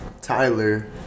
Tyler